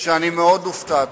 שאני מאוד הופתעתי.